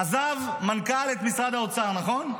עזב מנכ"ל את משרד האוצר, נכון?